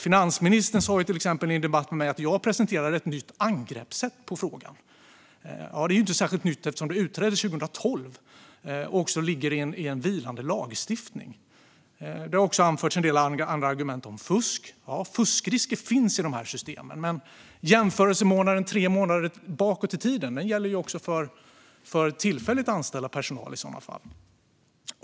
Finansministern sa till exempel i en debatt att jag presenterade ett nytt angreppssätt på frågan. Det är ju inte särskilt nytt eftersom det utreddes 2012 och också ligger i en vilande lagstiftning. Det har också anförts en del andra argument. Man har talat om fusk. Ja, fuskrisker finns i systemen, men jämförelsemånaden tre månader tillbaka i tiden gäller ju i sådana fall också för tillfälligt anställd personal.